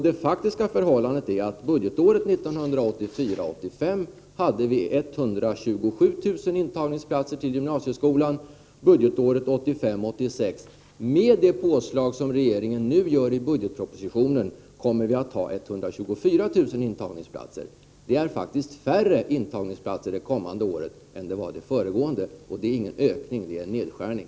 Det faktiska förhållandet är att vi budgetåret 1984 86, med det påslag som regeringen nu gör i budgetpropositionen, kommer att ha 124 000 intagningsplatser. Antalet intagningsplatser det kommande året är alltså mindre än det var under det föregående. Det är då inte fråga om någon ökning, utan om en nedskärning.